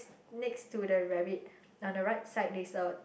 next to the rabbit on the right side there's a